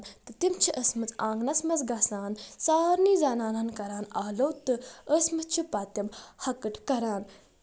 تہٕ تِم چھِ أسۍ مٕژ آنٛگنس منٛز گژھان سارنہِ زَنانن کران آلو تہٕ ٲسۍ مٕتۍ چھِ پَتہٕ تِم ۂکٔٹ کران